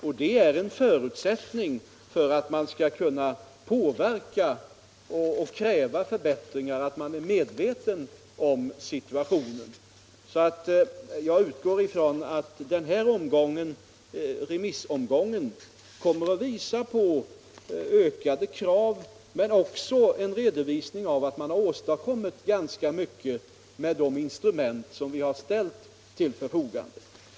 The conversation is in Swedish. Och en förutsättning för att man skall kunna påverka och kräva förbättringar är att man är medveten om situationen. Jag utgår från att den här remissomgången kommer att visa på ökade krav men också att den kommer att innebära en redovisning av att man har åstadkommit ganska mycket med de instrument som vi har ställt till förfogande.